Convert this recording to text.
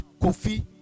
Kofi